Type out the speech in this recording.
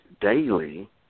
daily